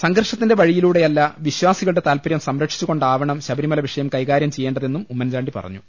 സംഘർഷത്തിന്റെ വഴിയിലൂ ടെയല്ല വിശ്വാസികളുടെ താൽപ്പര്യം സംരക്ഷിച്ചുകൊണ്ടാവണം ശബരിമല വിഷയം കൈകാര്യം ചെയ്യേണ്ടതെന്നും ഉമ്മൻചാണ്ടി പറഞ്ഞു